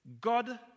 God